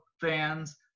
fans